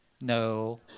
no